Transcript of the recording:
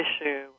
issue